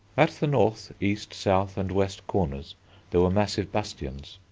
at the north, east, south, and west corners there were massive bastions,